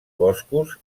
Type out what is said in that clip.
boscos